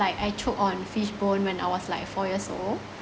like I choke on fishbone when I was like four years old